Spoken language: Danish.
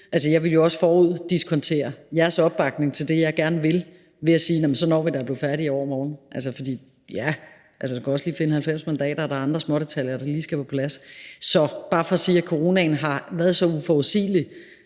også foruddiskontere jeres opbakning til det, jeg gerne vil, ved at sige: Nå, men så når vi da at blive færdige i overmorgen. Ja, men jeg skal også lige finde 90 mandater, og der er andre smådetaljer, der lige skal på plads. Så det er bare for at sige, at coronaen har været så uforudsigelig,